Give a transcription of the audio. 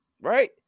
right